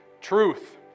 truth